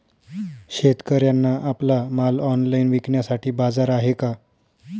शेतकऱ्यांना आपला माल ऑनलाइन विकण्यासाठी बाजार आहे का?